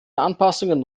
anpassungen